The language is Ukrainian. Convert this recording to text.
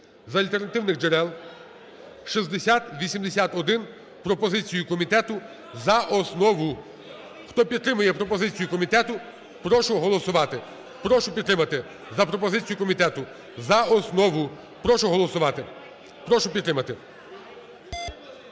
з альтернативних джерел (6081), пропозицію комітету, за основу? Хто підтримує пропозицію комітету, прошу голосувати. Прошу підтримати за пропозицію комітету за основу. Прошу голосувати, прошу підтримати.